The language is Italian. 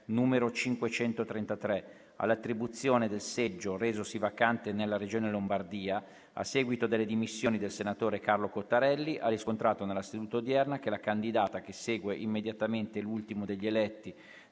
n. 533, all'attribuzione del seggio resosi vacante nella Regione Lombardia a seguito delle dimissioni del senatore Carlo Cottarelli, ha riscontrato, nella seduta odierna, che la candidata che segue immediatamente l'ultimo degli eletti